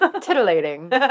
Titillating